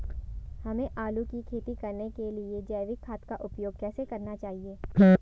हमें आलू की खेती करने के लिए जैविक खाद का उपयोग कैसे करना चाहिए?